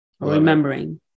Remembering